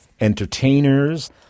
entertainers